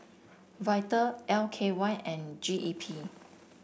Vital L K Y and G E P